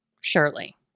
Surely